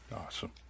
Awesome